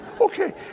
Okay